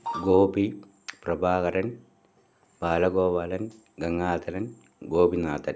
Gopi Prabhakaran Balagopalan Gangadharan Gopinathan